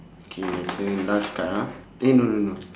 K my turn last card ah eh no no no